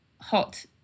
hot